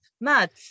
mad